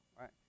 right